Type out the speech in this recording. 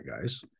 guys